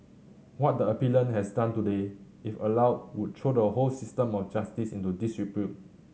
what the appellant has done today if allowed would throw the whole system of justice into disrepute